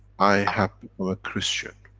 i have become a christian.